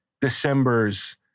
December's